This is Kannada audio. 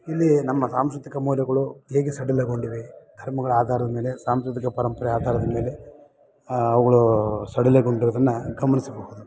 ಇಲ್ಲಿ ನಮ್ಮ ಸಾಂಸ್ಕೃತಿಕ ಮೌಲ್ಯಗುಳು ಹೇಗೆ ಸಡಿಲಗೊಂಡಿವೆ ಧರ್ಮಗಳ ಆಧಾರದ ಮೇಲೆ ಸಾಂಸ್ಕೃತಿಕ ಪರಂಪರೆ ಆಧಾರದ ಮೇಲೆ ಅವುಗಳು ಸಡಿಲಗೊಂಡಿರೋದನ್ನು ಗಮನಿಸಬಹುದು